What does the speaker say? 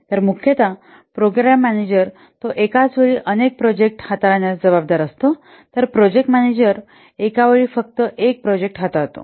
तर मुख्यतः program manager तो एकाच वेळी अनेक प्रोजेक्ट हाताळण्यास जबाबदार असतो तर प्रोजेक्ट मॅनेजर तो एकावेळी फक्त एक प्रोजेक्ट करतो